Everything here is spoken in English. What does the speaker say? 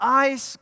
eyes